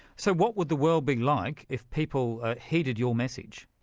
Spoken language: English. so what would the world be like if people heeded your message?